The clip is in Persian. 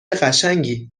قشنگی